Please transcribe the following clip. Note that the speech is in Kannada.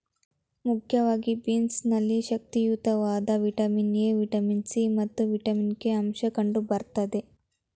ಮುಖ್ಯವಾಗಿ ಬೀನ್ಸ್ ನಲ್ಲಿ ಶಕ್ತಿಯುತವಾದ ವಿಟಮಿನ್ ಎ, ವಿಟಮಿನ್ ಸಿ ಮತ್ತು ವಿಟಮಿನ್ ಕೆ ಅಂಶ ಕಂಡು ಬರ್ತದೆ